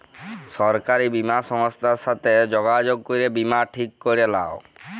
সরকারি বীমা সংস্থার সাথে যগাযগ করে বীমা ঠিক ক্যরে লাও